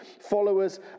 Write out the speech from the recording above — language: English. followers